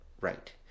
Right